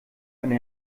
eine